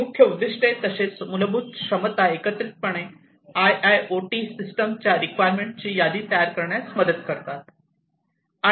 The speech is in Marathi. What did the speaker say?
ही मुख्य उद्दीष्टे तसेच मूलभूत क्षमता एकत्रितपणे आयआयओटी सिस्टमच्या रिक्वायरमेंटची यादी तयार करण्यात मदत करतात